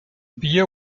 beer